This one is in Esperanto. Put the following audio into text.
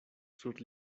sur